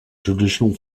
traditional